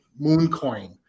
MoonCoin